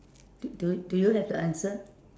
do do you have the answer